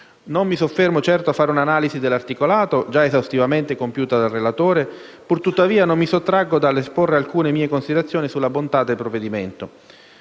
Non mi soffermo certo a fare una analisi dell'articolato, già esaustivamente compiuta dal relatore, pur tuttavia non mi sottraggo dall'esporre alcune mie considerazioni sulla bontà del provvedimento.